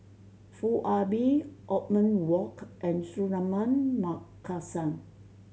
Foo Ah Bee Othman Wok and Suratman Markasan